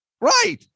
Right